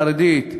החרדית והערבית,